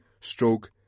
Stroke